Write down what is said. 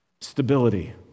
Stability